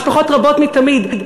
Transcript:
משפחות רבות מתמיד,